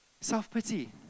self-pity